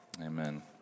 Amen